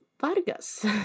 Vargas